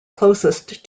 closest